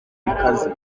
bikaze